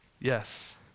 Yes